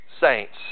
saints